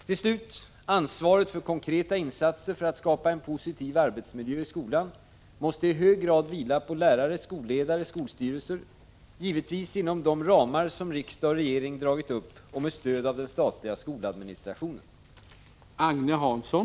Till slut: ansvaret för konkreta insatser för att skapa en positiv arbetsmiljö i skolan måste i hög grad vila på lärare, skolledare och skolstyrelser, givetvis inom de ramar som riksdag och regering dragit upp och med stöd av den statliga skoladministrationen.